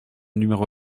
numéro